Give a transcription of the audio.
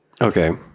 Okay